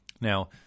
Now